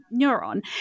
neuron